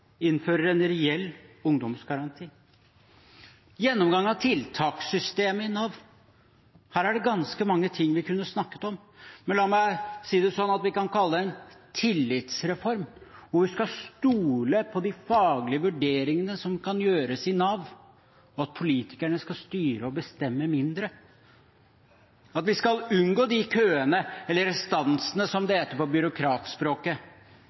innfører en reell ungdomsgaranti. Gjennomgang av tiltakssystemet i Nav: Her er det ganske mye vi kunne snakket om, men la meg si det slik – vi kan kalle det en tillitsreform, hvor vi skal stole på de faglige vurderingene som kan gjøres i Nav, og politikerne skal styre og bestemme mindre. Vi skal unngå de køene – eller restansene, som det heter på byråkratspråket